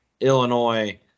Illinois